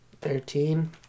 Thirteen